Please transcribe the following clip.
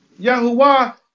Yahuwah